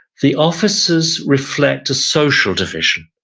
the officers reflect a social division,